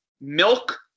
Milk